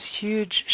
huge